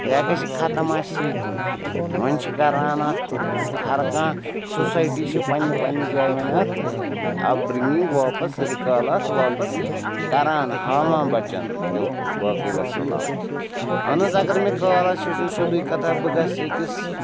یا گژھِ ختم اَسہِ سۭتی وۄنۍ چھِ کَران اَتھ ہر کانٛہہ سوسایٹی چھِ پنٛنہِ پنٛنہِ جایہِ وۄنۍ اَتھ اَپ بِرٛنگِنٛگ واپَس رِکال اَتھ واپَس کَران ہاوان بَچَن بلکل باقٕے وَسَلام اہن حظ اگر مےٚ کار آسہِ ہیٚچھُن سیوٚدُے کَتھاہ بہٕ گژھٕ أکِس